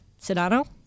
Sedano